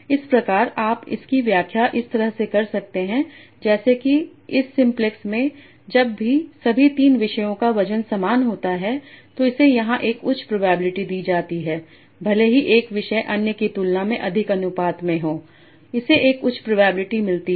इस प्रकार आप इसकी व्याख्या इस तरह से कर सकते हैं जैसे कि इस सिम्प्लेक्स में जब भी सभी 3 विषयों का वजन समान होता है तो इसे यहाँ एक उच्च प्रोबेबिलिटी दी जाती है भले ही एक विषय अन्य की तुलना में अधिक अनुपात में हो इसे एक उच्च प्रोबेबिलिटी मिलती है